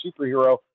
superhero